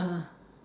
(uh huh)